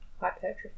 hypertrophy